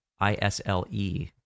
I-S-L-E